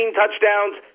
touchdowns